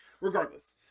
Regardless